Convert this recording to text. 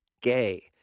gay